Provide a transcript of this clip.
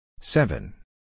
Seven